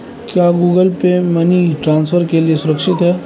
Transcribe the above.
क्या Google Pay money transfer के लिए सुरक्षित है?